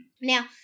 now